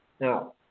Now